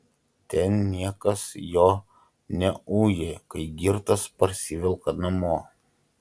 ten niekas jo neuja kai girtas parsivelka namo